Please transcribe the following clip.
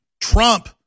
Trump